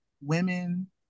women